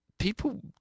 People